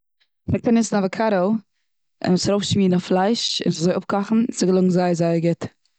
מ'קען עסן אוואקאדא, און עס ארויפשמירן אויף פלייש, און עס אזוי אפקאכן, ס'געלונגט זייער זייער גוט.